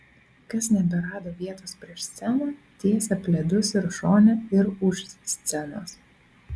kas neberado vietos prieš sceną tiesė pledus ir šone ir už scenos